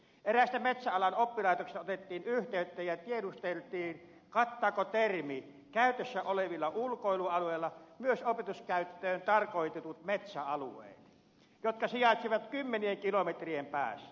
eräästä metsäalan oppilaitoksesta otettiin yhteyttä ja tiedusteltiin kattaako termi käytössä olevilla ulkoilualueilla myös opetuskäyttöön tarkoitetut metsäalueet jotka sijaitsevat kymmenien kilometrien päässä